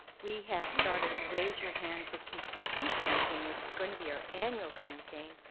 we have started raise your hand for pcc campaign which is going to be our annual campaign.